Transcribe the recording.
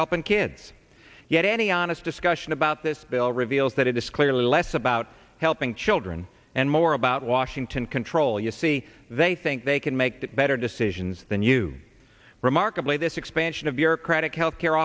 helping kids yet any honest discussion about this bill reveals that it is clearly less about helping children and more about washington control you see they think they can make better decisions than you remarkably this expansion of bureaucratic health care